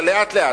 יאללה כבר.